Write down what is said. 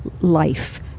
life